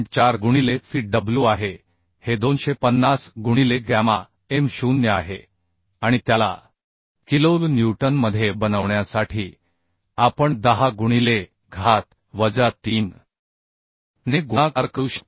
4 गुणिले Fi w आहे हे 250 गुणिले गॅमा m0 आहे आणि त्याला किलो न्यूटनमध्ये बनवण्यासाठी आपण 10 गुणिले घात वजा 3 ने गुणाकार करू शकतो